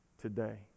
today